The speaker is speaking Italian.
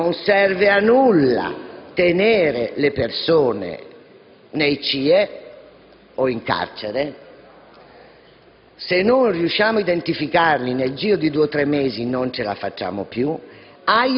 non serve a nulla tenere le persone nei CIE, o in carcere, e, se non si riuscirà a identificarle nel giro di due o tre mesi non sarò più